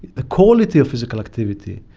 the quality of physical activity,